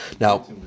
Now